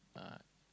uh